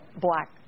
black